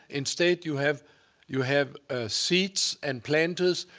instead you have you have seats and planters.